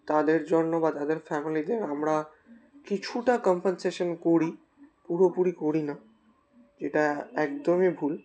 তাদের জন্য বা তাদের ফ্যামিলিদের আমরা কিছুটা কম্পেনসেশন করি পুরোপুরি করি না যেটা একদমই ভুল